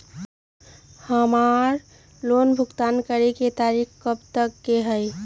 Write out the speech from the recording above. हमार लोन भुगतान करे के तारीख कब तक के हई?